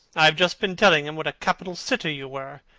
i have just been telling him what a capital sitter you were,